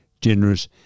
generous